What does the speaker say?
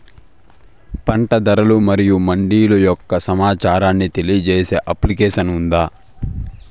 పంట ధరలు మరియు మండీల యొక్క సమాచారాన్ని తెలియజేసే అప్లికేషన్ ఉందా?